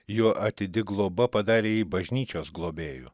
jo atidi globa padarė jį bažnyčios globėju